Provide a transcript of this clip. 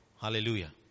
Hallelujah